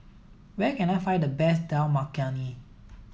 where can I find the best Dal Makhani